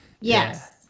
Yes